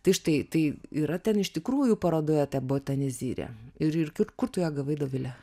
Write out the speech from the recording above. tai štai tai yra ten iš tikrųjų parodoje ta botanizirė ir ir kiur kur tu ją gavai dovile